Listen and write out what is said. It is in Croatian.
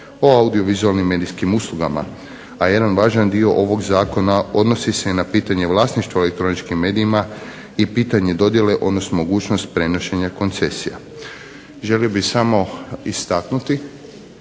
o audiovizualnim medijskim uslugama, a jedan važan dio ovog zakona odnosi se i na pitanje vlasništva u elektroničkim medijima i pitanje dodjele, odnosno mogućnost prenošenja koncesija. Želio bih samo istaknuti